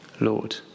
Lord